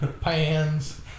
pans